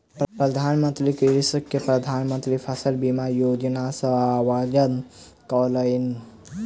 प्रधान मंत्री कृषक के प्रधान मंत्री फसल बीमा योजना सॅ अवगत करौलैन